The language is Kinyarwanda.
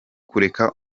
kureka